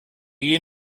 you